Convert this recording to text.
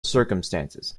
circumstances